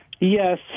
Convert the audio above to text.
Yes